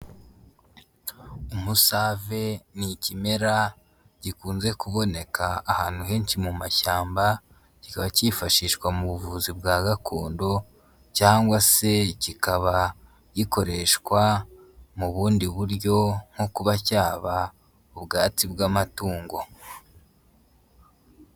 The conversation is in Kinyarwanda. Umusave ni ikimera gikunze kuboneka ahantu henshi mu mashyamba kikaba kifashishwa mu buvuzi bwa gakondo, cyangwa se kikaba gikoreshwa mu bundi buryo, nko kuba cyaba ubwatsi bw'amatungo.